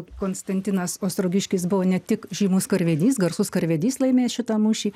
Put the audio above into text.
konstantinas ostrogiškis buvo ne tik žymus karvedys garsus karvedys laimėjęs šitą mūšį